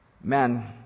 Man